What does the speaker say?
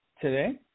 today